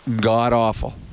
god-awful